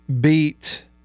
beat